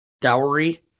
dowry